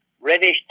reddish